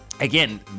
again